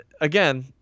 again